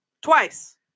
Twice